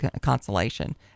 consolation